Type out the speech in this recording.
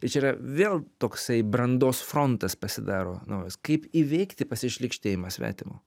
ir čia yra vėl toksai brandos frontas pasidaro naujas kaip įveikti pasišlykštėjimą svetimo